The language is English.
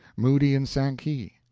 moody and sankey,